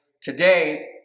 today